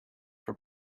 for